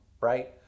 right